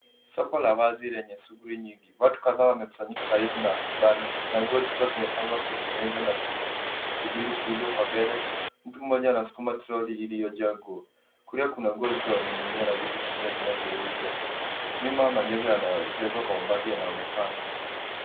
Soko la wazi lenye shughuli nyingi. Watu kadhaa wamekusanyika karibu na vibanda na nguo zikiwa zimepangwa kwenye meza zikisubiri kuuzwa kwa mbele. Mtu mmoja anasukuma troli iliyojaaa nguo. Kulia kuna nguo zilizoning'inia na vitu zingine zinazouzwa. Nyuma majengo yanajengwa kwa mabati yanaonekana.